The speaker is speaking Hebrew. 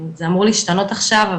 זה אמור להשתנות עכשיו.